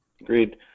agreed